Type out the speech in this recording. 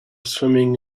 swimming